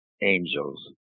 angels